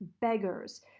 beggars